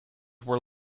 were